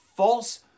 false